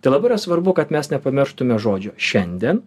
tai labai yra svarbu kad mes nepamirštume žodžio šiandien